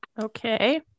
Okay